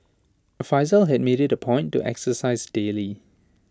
Faizal had made IT A point to exercise daily